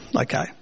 okay